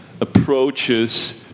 approaches